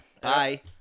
Bye